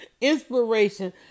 Inspiration